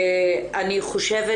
אני חושבת